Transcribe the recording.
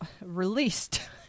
released